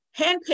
handpicked